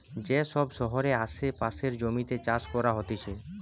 যে সব শহরের আসে পাশের জমিতে চাষ করা হতিছে